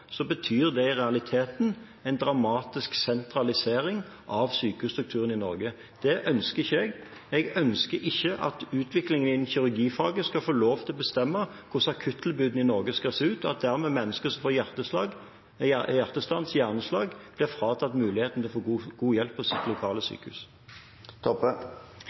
betyr det i realiteten en dramatisk sentralisering av sykehusstrukturen i Norge. Det ønsker jeg ikke. Jeg ønsker ikke at utviklingen innen kirurgifaget skal få lov til å bestemme hvordan akuttilbudet i Norge skal se ut, og at mennesker som får hjertestans eller hjerneslag, dermed blir fratatt muligheten til å få god hjelp på sitt lokale